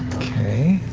okay.